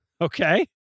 okay